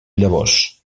llavors